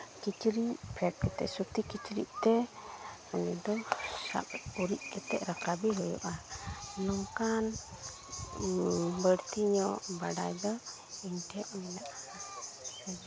ᱠᱤᱪᱨᱤᱪ ᱯᱷᱮᱰ ᱠᱟᱛᱮᱫ ᱥᱩᱛᱤ ᱠᱤᱪᱨᱤᱡ ᱛᱮ ᱩᱱᱤᱫᱚ ᱥᱟᱵ ᱩᱨᱤᱡ ᱠᱟᱛᱮᱫ ᱨᱟᱠᱟᱵᱮ ᱦᱩᱭᱩᱜᱼᱟ ᱱᱚᱝᱠᱟᱱ ᱵᱟᱹᱲᱛᱤ ᱧᱚᱜ ᱵᱟᱰᱟᱭ ᱫᱚ ᱤᱧ ᱴᱷᱮᱡ ᱢᱮᱱᱟᱜᱼᱟ